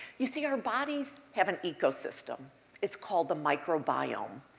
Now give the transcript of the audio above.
you see our bodies have an ecosystem it's called the microbiome.